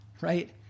right